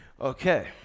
Okay